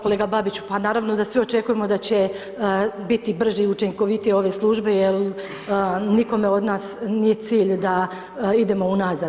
Kolega Babiću, pa naravno da svi očekujemo da će biti brže i učinkovitije ove službe jer nikome od nas nije cilj da idemo unazad.